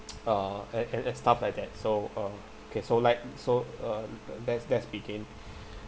uh and and stuff like that so uh okay so like so uh le~ let's let's begin